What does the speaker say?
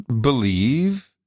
believe